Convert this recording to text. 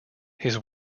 his